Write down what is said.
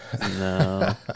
No